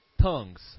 tongues